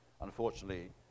Unfortunately